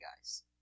guys